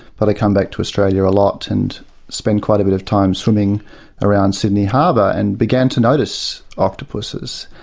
but i come back to australia a lot and spend quite a bit of time swimming around sydney harbour, and began to notice octopuses.